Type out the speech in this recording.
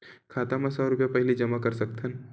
खाता मा सौ रुपिया पहिली जमा कर सकथन?